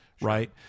right